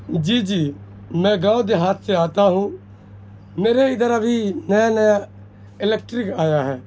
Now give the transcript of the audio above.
جی جی میں گاؤں دیہات سے آتا ہوں میرے ادھر ابھی نیا نیا الیکٹرک آیا ہے